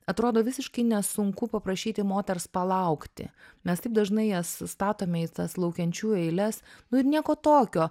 atrodo visiškai nesunku paprašyti moters palaukti mes taip dažnai jas statome į tas laukiančiųjų eiles nu ir nieko tokio